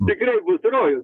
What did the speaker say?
tikrai būtų rojus